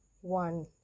one